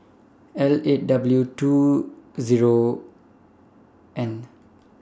L eight W two Zero N